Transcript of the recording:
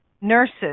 nurses